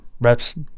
reps